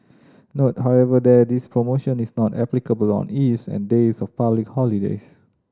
note however that this promotion is not applicable on eves and days of public holidays